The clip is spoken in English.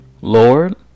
Lord